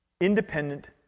Independent